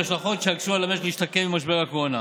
וההשלכות יקשו על המשק להשתקם ממשבר הקורונה.